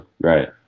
right